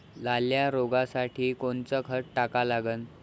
लाल्या रोगासाठी कोनचं खत टाका लागन?